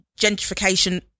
gentrification